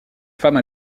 femme